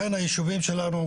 לכן היישובים שלנו,